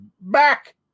back